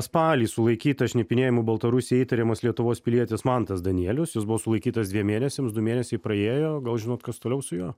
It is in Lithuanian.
spalį sulaikytas šnipinėjimu baltarusijai įtariamas lietuvos pilietis mantas danielius jis buvo sulaikytas dviem mėnesiams du mėnesiai praėjo gal žinot kas toliau su juo